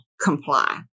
comply